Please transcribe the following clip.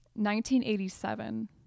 1987